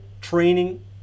training